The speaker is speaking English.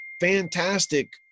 fantastic